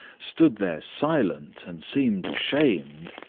stood there silent, and seemed ashamed,